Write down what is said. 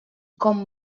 com